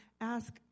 ask